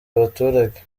abaturage